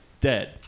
Dead